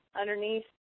underneath